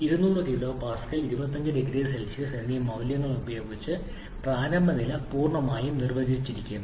200 kPa 25 0C എന്നീ രണ്ട് മൂല്യങ്ങൾ ഉപയോഗിച്ച് പ്രാരംഭ നില പൂർണ്ണമായും നിർവചിച്ചിരിക്കുന്നു